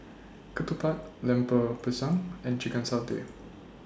Ketupat Lemper Pisang and Chicken Satay